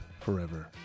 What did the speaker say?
forever